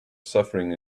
suffering